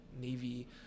Navy